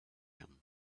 him